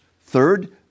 Third